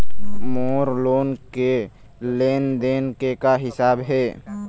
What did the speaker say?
मोर loan के लेन देन के का हिसाब हे?